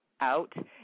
out